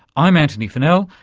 i'm antony funnell,